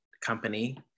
company